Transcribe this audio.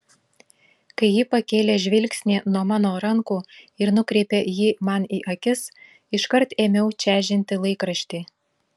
kai ji pakėlė žvilgsnį nuo mano rankų ir nukreipė jį man į akis iškart ėmiau čežinti laikraštį